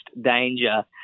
danger